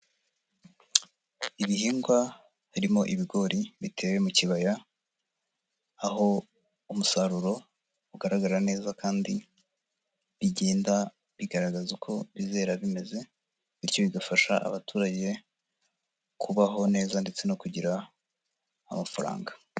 Ibihingwa harimo ibigori bitewe mu kibaya, aho umusaruro ugaragara neza kandi bigenda bigaragaza uko bizera bimeze, bityo bigafasha abaturage kubaho neza ndetse no kugira amafaranga.